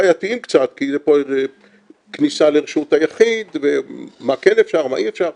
בעייתיים קצת כי זה כניסה לרשות היחיד ומה כן אפשר מה אי אפשר.